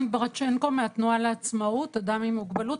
מהתנועה לעצמאות, אדם עם מוגבלות.